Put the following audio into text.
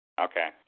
Okay